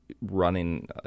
running